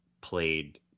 played